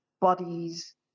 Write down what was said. bodies